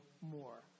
more